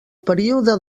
període